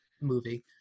movie